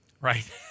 Right